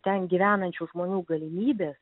ten gyvenančių žmonių galimybės